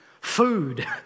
food